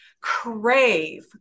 crave